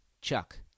Chuck